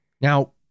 Now